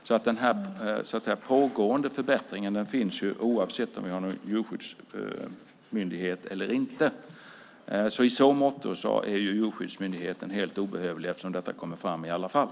Det pågår alltså en förbättring oavsett om vi har en särskild djurskyddsmyndighet eller inte. I så måtto är Djurskyddsmyndigheten helt obehövlig, för detta kommer fram i alla fall.